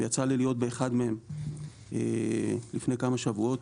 ויצא לי להיות באחד מהם לפני כמה שבועות,